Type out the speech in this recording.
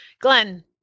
Glenn